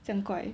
这样怪